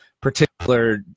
particular